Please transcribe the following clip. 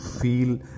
feel